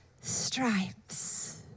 stripes